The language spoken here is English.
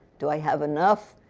do i have enough.